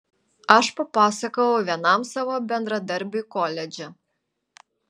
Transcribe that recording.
aš papasakojau vienam savo bendradarbiui koledže